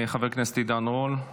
חבר הכנסת עידן רול,